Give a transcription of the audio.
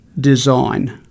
design